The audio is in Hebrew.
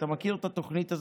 אתה מכיר את התוכנית הזאת?